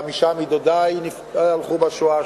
חמישה מדודי הלכו בשואה,